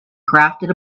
crafted